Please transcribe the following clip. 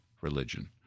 religion